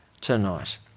tonight